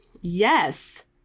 Yes